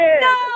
No